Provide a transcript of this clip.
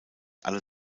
alle